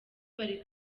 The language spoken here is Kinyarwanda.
bari